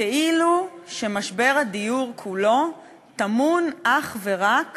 כאילו משבר הדיור כולו טמון אך ורק